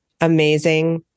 amazing